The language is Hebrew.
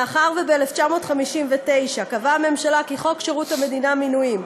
מאחר שב-1959 קבעה הממשלה כי חוק שירות המדינה (מינויים)